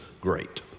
great